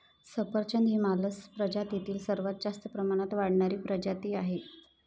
सफरचंद ही मालस प्रजातीतील सर्वात जास्त प्रमाणात वाढणारी प्रजाती आहे